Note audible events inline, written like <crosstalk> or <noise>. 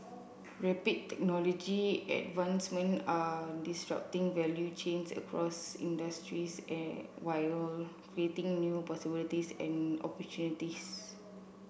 rapid technology advancement are disrupting value chains across industries <hesitation> while creating new possibilities and opportunities